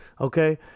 Okay